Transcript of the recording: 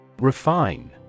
Refine